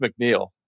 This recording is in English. McNeil